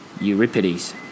Euripides